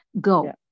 Go